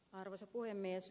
arvoisa puhemies